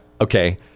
Okay